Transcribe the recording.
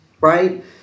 right